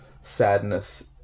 sadness